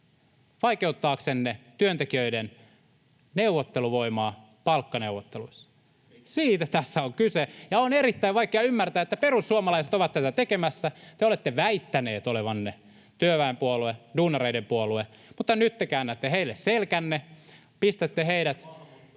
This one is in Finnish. vaikeuttaaksenne työntekijöiden neuvotteluvoimaa palkkaneuvotteluissa. [Kimmo Kiljunen: Miksi?] Siitä tässä on kyse, ja on erittäin vaikea ymmärtää, että perussuomalaiset ovat tätä tekemässä. Te olette väittäneet olevanne työväenpuolue ja duunareiden puolue, mutta nyt te käännätte heille selkänne, pistätte heidät